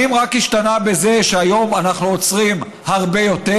האם רק השתנה זה שהיום אנחנו עוצרים הרבה יותר?